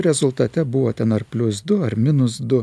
rezultate buvo ten ar plius du ar minus du